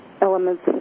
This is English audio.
elements